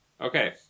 Okay